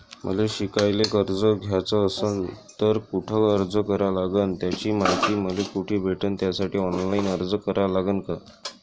मले शिकायले कर्ज घ्याच असन तर कुठ अर्ज करा लागन त्याची मायती मले कुठी भेटन त्यासाठी ऑनलाईन अर्ज करा लागन का?